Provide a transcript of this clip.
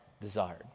desired